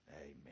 Amen